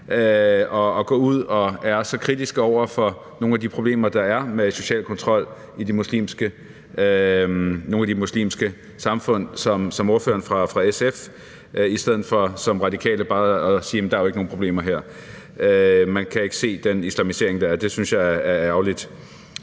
og går ud og er så kritiske over for nogle af de problemer, der er med social kontrol i nogle af de muslimske samfund, som ordføreren for SF gjorde i stedet for som Radikale bare at sige, at der ikke er nogen problemer her, og at man ikke kan se den islamisering, der er. Det synes jeg er ærgerligt.